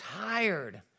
tired